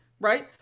right